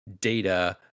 data